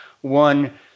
one